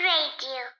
Radio